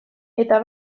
eta